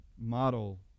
model